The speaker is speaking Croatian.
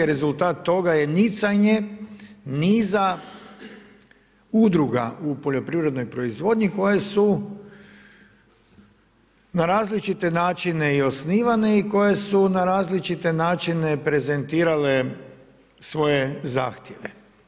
Rezultat toga je nicanje niza udruga u poljoprivrednoj proizvodnji koje su na različite načine i osnivane i koje su na različite načine prezentirale svoje zahtjeve.